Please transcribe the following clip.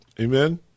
amen